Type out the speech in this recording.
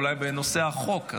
אולי בנושא החוק,